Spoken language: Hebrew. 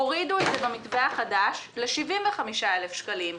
הורידו את זה במתווה החדש ל-75,000 שקלים.